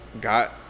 Got